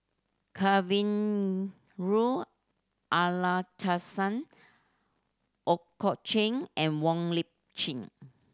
Amallathasan Ooi Kok Chuen and Wong Lip Chin